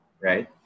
right